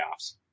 playoffs